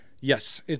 Yes